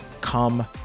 come